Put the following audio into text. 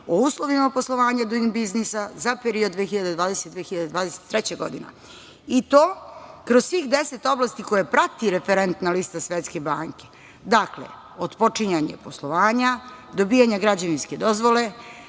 o uslovima poslovanja Duing biznisa za period 2020-2023. godina, i to kroz svih deset oblasti koje prati referentna lista Svetske banke. Dakle, od počinjanja poslovanja, dobijanja građevinske dozvole,